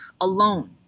alone